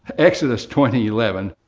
exodus twenty eleven,